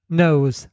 knows